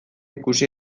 ikusi